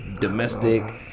domestic